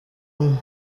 umwali